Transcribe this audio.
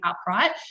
upright